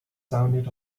sounded